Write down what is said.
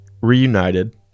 reunited